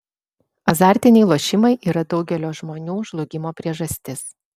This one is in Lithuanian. azartiniai lošimai yra daugelio žmonių žlugimo priežastis